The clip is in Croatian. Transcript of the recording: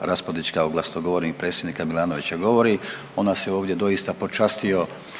Raspudić kao glasnogovornik predsjednika Milanovića govori, on nas je ovdje doista počastio